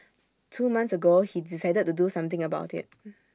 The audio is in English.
two months ago he decided to do something about IT